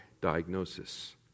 diagnosis